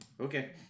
Okay